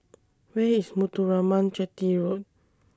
Where IS Muthuraman Chetty Road